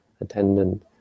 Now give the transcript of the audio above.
attendant